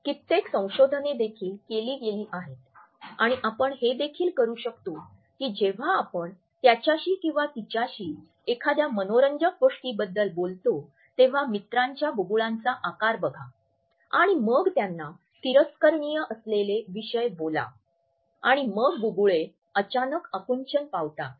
कित्येक संशोधने देखील केली गेली आहेत आणि आपण हे देखील करू शकतो की जेव्हा आपण त्याच्याशी किंवा तिच्याशी एखाद्या मनोरंजक गोष्टीबद्दल बोलतो तेव्हा मित्रांच्या बुबुळांचा आकार बघा आणि मग त्यांना तिरस्करणीय असलेला विषय बोला आणि मग बुबुळे अचानक आकुंचन पावतात